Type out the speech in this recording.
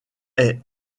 est